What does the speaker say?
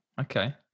Okay